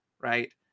right